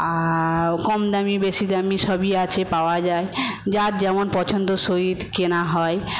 কমদামি বেশিদামি সবই আছে পাওয়া যায় যার যেমন পছন্দ সহিত কেনা হয়